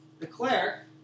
declare